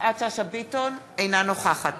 אינה נוכחת